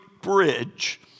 Bridge